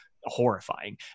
horrifying